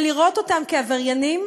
לראות אותם כעבריינים,